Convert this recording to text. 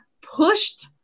pushed